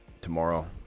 tomorrow